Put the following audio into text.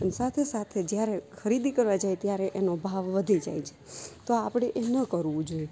સાથે સાથે જ્યારે ખરીદી કરવા જઈએ ત્યારે એનો ભાવ વધી જાય છે તો આપણે એ ન કરવું જોઈએ